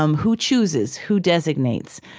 um who chooses? who designates?